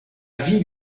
ville